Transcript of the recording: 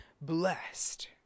blessed